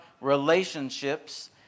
relationships